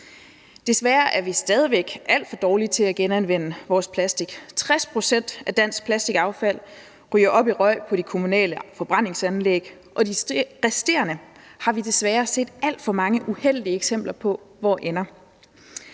Desværre er vi stadig væk alt for dårlige til at genanvende vores plastik. 60 pct. af dansk plastikaffald ryger op i røg på de kommunale forbrændingsanlæg, og det resterende har vi desværre set alt for mange uheldige eksempler på hvor ender.